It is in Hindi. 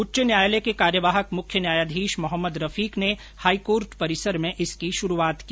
उच्च न्यायालय के कार्यवाहक मुख्य न्यायाधीश मोहम्मद रफीक ने हाईकोर्ट परिसर में इसकी शुरूआत की